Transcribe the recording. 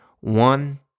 One